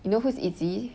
you know who's itzy